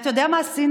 ואתה יודע מה עשינו?